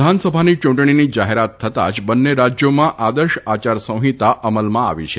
વિધાનસભાની યૂંટણીની જાહેરાત થતાં જ બંને રાજયામાં આદર્શ આયારસંહિતા અમલમાં આવી છે